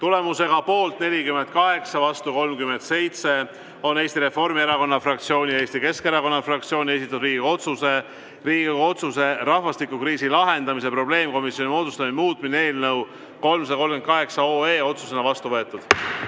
Tulemusega poolt 48 ja vastu 37 on Eesti Reformierakonna fraktsiooni ja Eesti Keskerakonna fraktsiooni esitatud Riigikogu otsuse "Riigikogu otsuse "Rahvastikukriisi lahendamise probleemkomisjoni moodustamine" muutmine" eelnõu 338 otsusena vastu võetud.